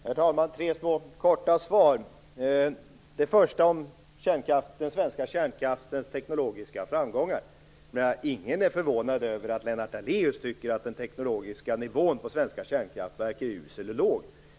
Herr talman! Jag skall ge tre korta svar. Det första gäller den svenska kärnkraftens teknologiska framgångar. Ingen är förvånad över att Lennart Daléus tycker att den teknologiska nivån på svenska kärnkraftverk är usel och låg.